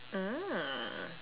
mm